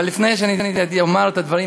אבל לפני שאני אומר את הדברים,